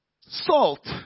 Salt